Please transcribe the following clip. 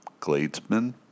Gladesman